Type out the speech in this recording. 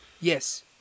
yes